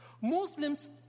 Muslims